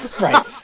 Right